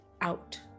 out